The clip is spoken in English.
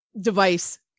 device